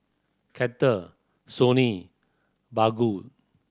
Kettle Sony Baggu